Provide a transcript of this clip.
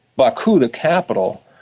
baku, the capital,